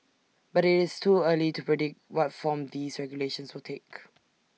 but it's too early to predict what form these regulations will take